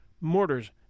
mortars